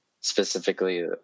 specifically